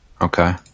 Okay